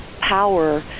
power